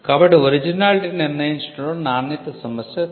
కాబట్టి 'ఒరిజినాలిటీ'ను నిర్ణయించడంలో నాణ్యత సమస్య కాదు